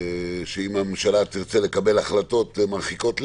שאם הממשלה תרצה לקבל החלטות מרחיקות לכת,